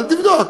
תבדוק.